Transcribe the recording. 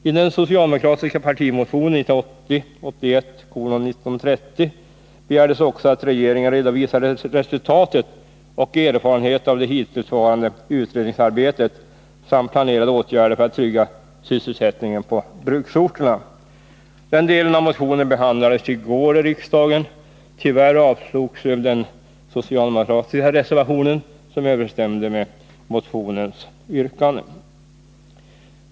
I den socialdemokratiska partimotionen 1980/81:1930 begärs också att regeringen redovisar resultatet och erfarenheterna av det hittillsvarande utredningsarbetet samt planerade åtgärder för att trygga sysselsättningen på bruksorterna. Den delen av motionen behandlades i går i riksdagen. Tyvärr avslogs den socialdemokratiska reservationen, som överensstämde med motionsyrkandet.